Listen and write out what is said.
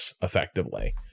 effectively